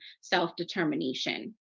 self-determination